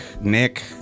Nick